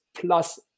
plus